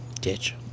Ditch